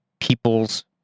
people's